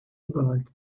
gold